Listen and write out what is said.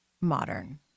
modern